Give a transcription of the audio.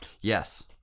Yes